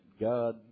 God